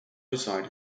reside